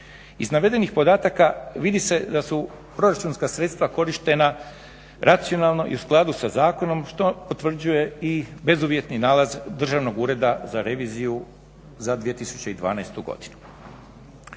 Iz navedenih podataka vidi se da su proračunska sredstva korištena racionalno i u skladu sa Zakonom što potvrđuje i bezuvjetni nalaz Državnog ureda za reviziju za 2012. godinu.